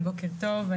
בוקר טוב.